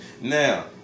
Now